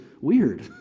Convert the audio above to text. weird